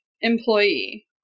employee